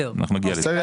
אנחנו נגיע לזה.